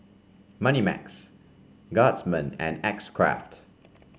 Moneymax Guardsman and X Craft